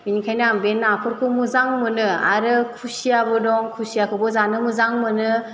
बेनिखायनो आं बे नाफोरखौ मोजां मोनो आरो खुसियाबो दं खुसियाखौबो जानो मोजां मोनो